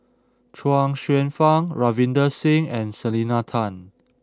Chuang Hsueh Fang Ravinder Singh and Selena Tan